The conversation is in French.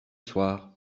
soir